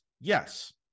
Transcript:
yes